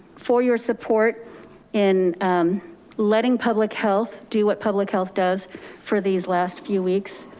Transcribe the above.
for your support in letting public health do what public health does for these last few weeks,